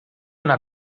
una